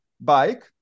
bike